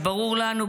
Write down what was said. ברור לנו,